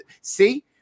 see